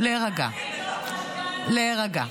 --- ינון מגל --- להירגע.